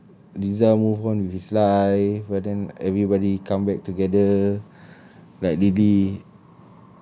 then rizal move on with his life but then everybody come back together like lily